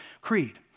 Creed